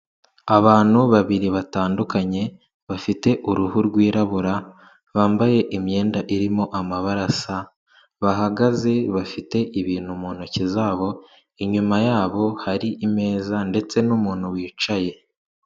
Abantu babiri batandukanye bafite uruhu rwirabura bambaye imyenda irimo amabara asa bahagaze bafite ibintu mu ntoki zabo inyuma yabo hari imeza ndetse n'umuntu wicaye.